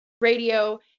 radio